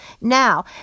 Now